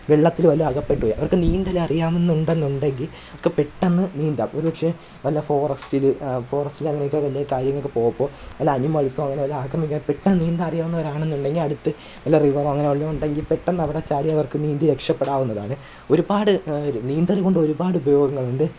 വെള്ളത്തിൽ വല്ലതും അകപ്പെട്ട് പോയി അവര്ക്ക് നീന്തൽ അറിയാമെന്നുണ്ട് എന്നുണ്ടെങ്കില് അവർക്ക് പെട്ടെന്ന് നീന്താം ഒരു പക്ഷെ വല്ല ഫോറസ്റ്റിൽ ഫോറസ്റ്റിൽ അങ്ങനെ ഒക്കെ വല്ല കാര്യങ്ങൾക്ക് പോയപ്പോൾ വല്ല ആനിമല്സ്സോ അങ്ങനെ വല്ലോം ആക്രമിക്കുക ആണെങ്കിൽ പെട്ടെന്ന് നീന്താൻ അറിയാവുന്നവരാണ് എന്നുണ്ടെങ്കില് അടുത്ത് വല്ല റിവറോ അങ്ങനെ വല്ലോം ഉണ്ടെങ്കിൽ പെട്ടെന്ന് അവിടെ ചാടി അവര്ക്ക് നീന്തി രക്ഷപ്പെടാവുന്നതാണ് ഒരു പാട് നീന്തൽ കൊണ്ട് ഒരുപാട് ഉപയോഗങ്ങളുണ്ട്